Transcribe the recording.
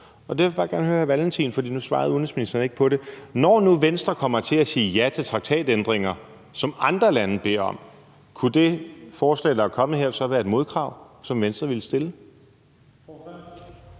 Derfor vil jeg bare godt høre hr. Kim Valentin om noget, for nu svarede udenrigsministeren ikke på det: Når nu Venstre kommer til at sige ja til traktatændringer, som andre lande beder om, kunne det forslag, der er kommet her, så være et modkrav, som Venstre ville stille?